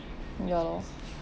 ya lor